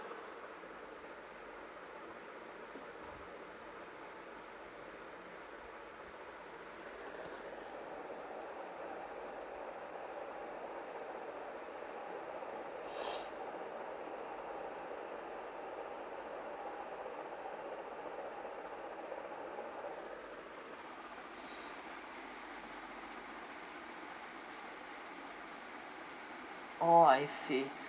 orh I see